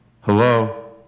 Hello